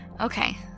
Okay